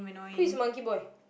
who is Monkey Boy